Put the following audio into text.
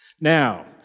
Now